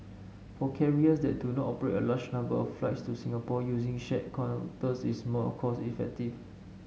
for carriers that do not operate a large number of flights to Singapore using shared counters is more cost effective